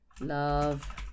love